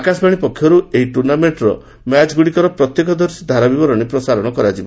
ଆକାଶବାଣୀ ପକ୍ଷରୁ ଏହି ଟୁର୍ଣ୍ଣାମେଣ୍ଟର ମ୍ୟାଚଗୁଡ଼ିକର ପ୍ରତ୍ୟକ୍ଷ ଧାରାବିବରଣୀ ପ୍ରଚାର କରାଯିବ